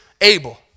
able